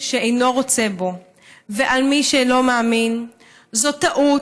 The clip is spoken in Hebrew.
שאינו רוצה בו ועל מי שאינו מאמין זה טעות,